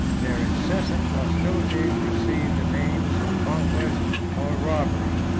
their incessant hostilities received the names of conquest or robbery.